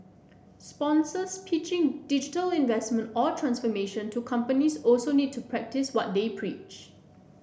sponsors pitching digital investment or transformation to companies also need to practice what they preach